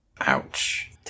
Ouch